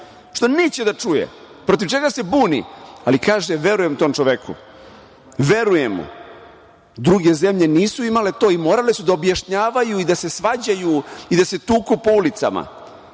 što neće da čuje, protiv čega se buni, ali kaže – verujem tom čoveku. Verujem mu. Druge zemlje nisu imale to i morale su da objašnjavaju i da se svađaju i da se tuku po ulicama. Mi